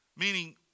meaning